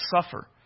suffer